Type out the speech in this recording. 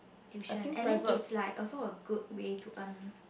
tuition and then it's like also a good way to earn